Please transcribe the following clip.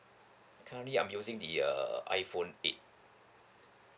currently I'm using the uh iPhone eight